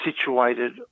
situated